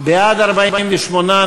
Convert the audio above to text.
בעד 48,